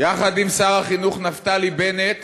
יחד עם שר החינוך נפתלי בנט